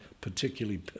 particularly